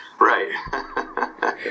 Right